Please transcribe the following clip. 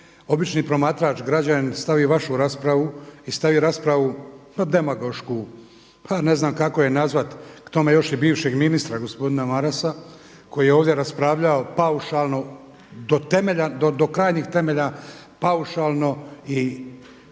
obični promatrač, građanin stavi vašu raspravu i stavi raspravu pa demagošku, pa ne znam kako je nazvat k tome još i bivšeg ministra gospodina Marasa koji je ovdje raspravljao paušalno do temelja, do krajnjih temelja paušalno.